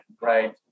Right